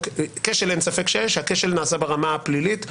כשל אין ספק שיש שהכשל נעשה ברמה הפלילית.